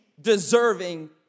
deserving